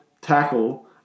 tackle